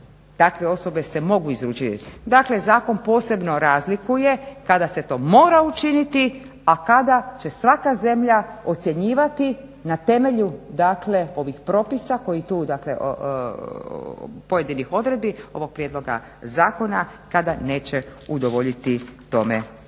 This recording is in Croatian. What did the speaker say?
takve osobe se mogu izručiti. Dakle, zakon posebno razlikuje kada se to mora učiniti, a kada će svaka zemlja ocjenjivati na temelju, dakle ovih propisa koji tu, dakle pojedinih odredbi ovog prijedloga zakona, kada neće udovoljiti tome